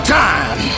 time